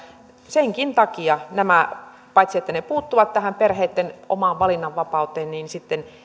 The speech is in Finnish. senkin takia nämä paitsi että ne puuttuvat tähän perheitten omaan valinnanvapauteen